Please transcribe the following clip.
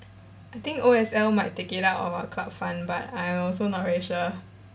I think O_S_L might take it out of our club fund but I also not very sure